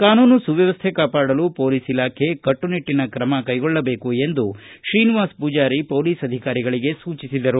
ಕಾನೂನು ಸುವ್ಧವಸ್ಥೆ ಕಾಪಾಡಲು ಪೊಲೀಸ್ ಇಲಾಖೆ ಕಟ್ಟುನಿಟ್ಟನ ಕ್ರಮ ಕೈಗೊಳ್ಳಬೇಕು ಎಂದು ಶ್ರೀನಿವಾಸ ಪೂಜಾರಿ ಪೊಲೀಸ್ ಅಧಿಕಾರಿಗಳಿಗೆ ಸೂಚಿಸಿದರು